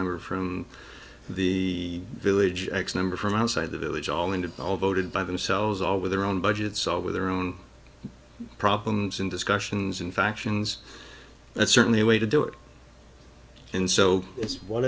number from the village x number from outside the village all into all voted by themselves all with their own budgets all with their own problems in discussions in factions that's certainly a way to do it and so it's one